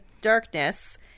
darkness